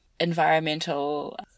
environmental